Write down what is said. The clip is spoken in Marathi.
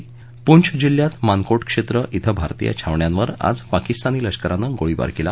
दरम्यान पूँछ जिल्ह्यात मानकोट क्षेत्र ििं भारतीय छावण्यांवर आज पाकिस्तानी लष्करानं गोळीबार केला